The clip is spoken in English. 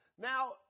Now